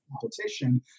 competition